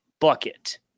bucket